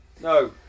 No